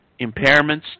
impairments